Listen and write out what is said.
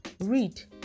Read